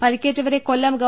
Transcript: പരിക്കേറ്റവരെ കൊ ല്ലം ഗവ